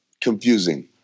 confusing